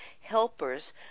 helpers